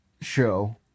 show